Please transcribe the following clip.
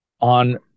On